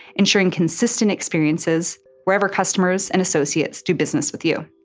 ensuring consistent experiences wherever customers and associates do business with you.